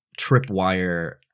tripwire